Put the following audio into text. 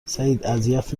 سعیداذیت